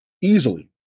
easily